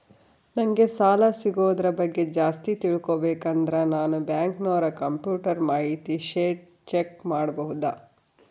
ನಂಗೆ ಸಾಲ ಸಿಗೋದರ ಬಗ್ಗೆ ಜಾಸ್ತಿ ತಿಳಕೋಬೇಕಂದ್ರ ನಾನು ಬ್ಯಾಂಕಿನೋರ ಕಂಪ್ಯೂಟರ್ ಮಾಹಿತಿ ಶೇಟ್ ಚೆಕ್ ಮಾಡಬಹುದಾ?